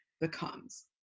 becomes